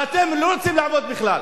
ואתם לא רוצים לעבוד בכלל.